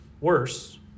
Worse